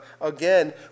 again